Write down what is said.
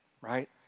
right